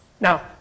Now